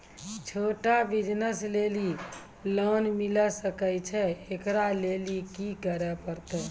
छोटा बिज़नस लेली लोन मिले सकय छै? एकरा लेली की करै परतै